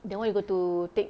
that [one] you got to take